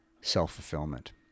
self-fulfillment